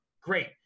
great